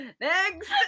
next